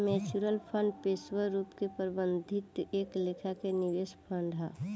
mutual fund पेशेवर रूप से प्रबंधित एक लेखा के निवेश फंड हा